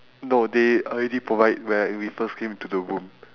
no they already provide when we first came into the room